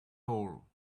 all